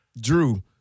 Drew